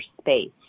space